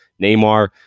Neymar